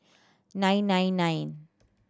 nine nine nine